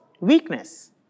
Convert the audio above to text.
weakness